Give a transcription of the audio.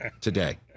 today